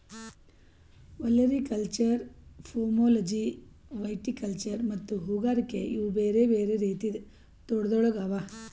olericulture, pomology, viticulture ಮತ್ತ ಹೂಗಾರಿಕೆ ಇವು ಬೇರೆ ಬೇರೆ ರೀತಿದ್ ತೋಟಗೊಳ್ ಅವಾ